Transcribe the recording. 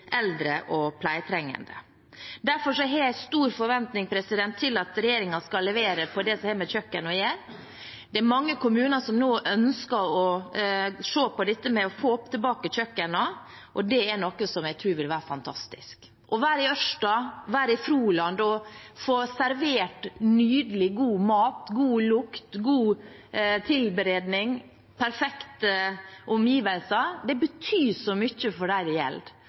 eldre og pleietrengende. Derfor har jeg stor forventning til at regjeringen skal levere på det som har med kjøkken å gjøre. Det er mange kommuner som nå ønsker å se på dette med å få tilbake kjøkkenene, og det er noe jeg tror vil være fantastisk. Å være i Ørsta og å være i Froland og få servert nydelig, god mat, med god lukt, godt tilberedt, i perfekte omgivelser – det betyr så mye for dem som skal spise denne maten. Det betyr god ernæring, og det